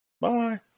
Bye